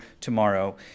Tomorrow